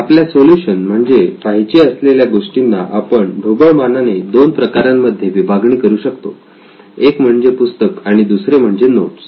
आपल्या सोल्युशन मध्ये पाहिजे असलेल्या गोष्टींना आपण ढोबळ मानाने दोन प्रकारांमध्ये विभागणी करू शकतो एक म्हणजे पुस्तक आणि दुसरे म्हणजे नोट्स